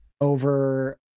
over